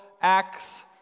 acts